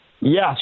Yes